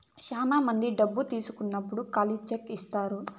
శ్యానా మంది డబ్బు తీసుకున్నప్పుడు ఖాళీ చెక్ ఇత్తారు